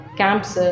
camps